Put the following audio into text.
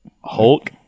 Hulk